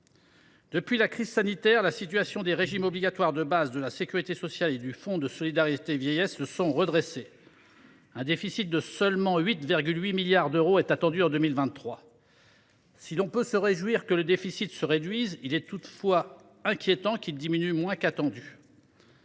Depuis la crise sanitaire, la situation des régimes obligatoires de base de la sécurité sociale et du Fonds de solidarité vieillesse (FSV) s’est redressée : un déficit de – seulement… – 8,8 milliards d’euros est ainsi attendu en 2023. Si l’on peut se réjouir que le déficit se réduise, il est toutefois inquiétant qu’il diminue moins qu’attendu.